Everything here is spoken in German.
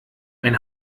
ein